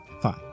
Fine